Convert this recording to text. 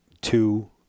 two